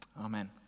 amen